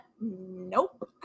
nope